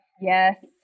Yes